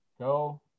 Go